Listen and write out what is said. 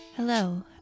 Hello